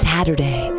Saturday